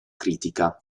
critica